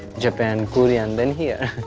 japan, korea, and then here.